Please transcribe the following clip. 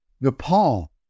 Nepal